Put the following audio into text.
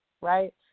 right